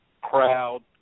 crowd